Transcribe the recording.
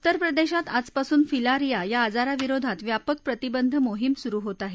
उत्तर प्रदेशात आजपासून फिलारीया या आजारा विरोधात व्यापक प्रतिबंध मोहीम सुरु होत आहे